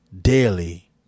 Daily